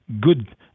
good